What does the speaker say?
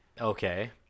Okay